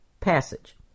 passage